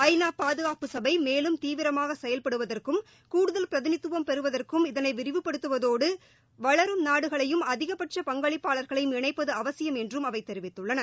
ஐ நா பாதுகாப்பு சபை மேலும் தீவிரமாக செயல்படுவதற்கும் கூடுதல் பிரதிநிதித்துவம் பெறுவதற்கும் இதனை விரிவுபடுத்துவதோடு வளரும் நாடுகளையும் அதிகபட்ச பங்களிப்பாளர்களையும் இணைப்பது அவசியம் என்றும் அவை தெரிவித்துள்ளன